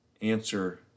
Answer